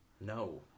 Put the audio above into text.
No